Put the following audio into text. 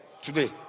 today